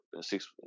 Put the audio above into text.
six